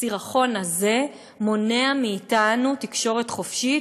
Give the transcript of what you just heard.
הסירחון הזה מונע מאתנו תקשורת חופשית,